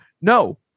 no